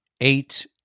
eight